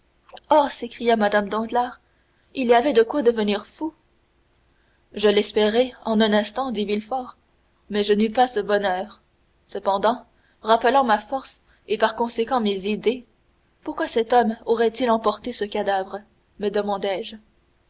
oh s'écria mme danglars il y avait de quoi devenir fou je l'espérai un instant dit villefort mais je n'eus pas ce bonheur cependant rappelant ma force et par conséquent mes idées pourquoi cet homme aurait-il emporté ce cadavre me demandai-je